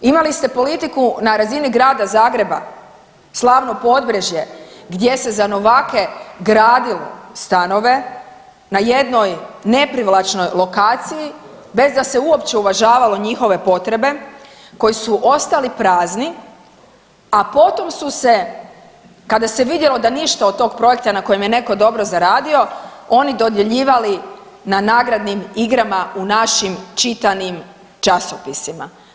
Imali ste politiku na razini Grada Zagreba, slavno Podbrežje gdje se za novake gradilo stanove na jednoj neprivlačnoj lokaciji bez da se uopće uvažavalo njihove potrebe koji su ostali prazni, a potom su se kada se vidjelo da ništa od tog projekta na kojem je netko dobro zaradio dodjeljivali na nagradnim igrama u našim čitanim časopisima.